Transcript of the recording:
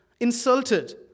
Insulted